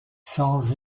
sans